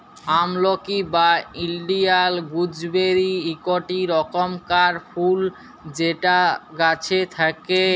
আমলকি বা Indian gooseberry ইকটি রকমকার ফুল যেটা গাছে থাক্যে